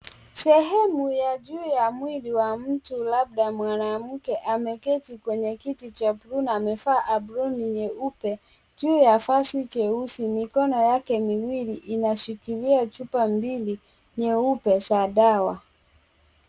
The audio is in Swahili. Sehemu ya juu ya mwili wa mtu labda mwanamke, ameketi kwenye kiti cha buluu na amevaa aproni nyeupe juu ya vazi jeusi. Mikono yake miwili inashikilia chupa mbili nyeupe za dawa.